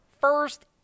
first